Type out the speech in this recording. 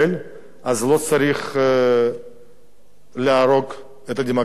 אז לא צריך להרוג את הדמוקרטיה, אדוני היושב-ראש.